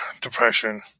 depression